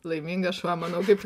laimingas šuo manau kaip